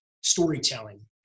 storytelling